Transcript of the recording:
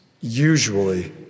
usually